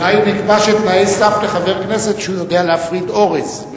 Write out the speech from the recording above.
אולי נקבע שתנאי סף לחבר כנסת הם שהוא יודע להפריד אורז.